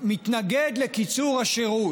מתנגד לקיצור השירות.